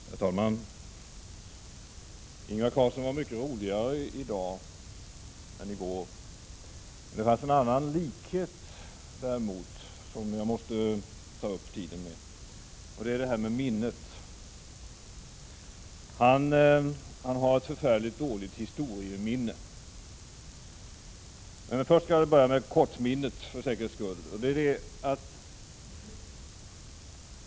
Herr talman! Ingvar Carlsson var mycket roligare i dag än i går. Däremot finns det också en likhet som jag måste ta upp, och det gäller minnet. Ingvar Carlsson har ett förfärligt dåligt historieminne. Först skall jag för säkerhets skull ta upp närminnet.